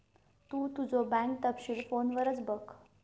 तु तुझो बँक तपशील फोनवरच बघ